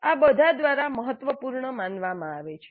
આ બધા દ્વારા મહત્વપૂર્ણ માનવામાં આવે છે